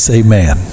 amen